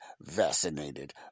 vaccinated